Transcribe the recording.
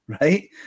right